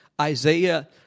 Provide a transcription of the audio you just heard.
Isaiah